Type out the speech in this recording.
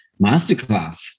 masterclass